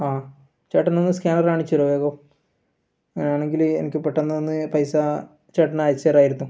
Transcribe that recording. ആ ചേട്ടനൊന്ന് സ്കാനറ് കാണിച്ച് തരോ വേഗം അങ്ങനെ ആണെങ്കിൽ എനിക്ക് പെട്ടന്നൊന്ന് പൈസ ചേട്ടന് അയച്ചു തരാമായിരുന്നു